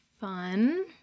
fun